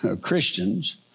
Christians